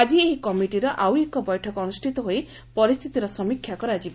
ଆଜି ଏହି କମିଟିର ଆଉ ଏକ ବୈଠକ ଅନୁଷ୍ଠିତ ହୋଇ ପରିସ୍ଥିତିର ସମୀକ୍ଷା କରାଯିବ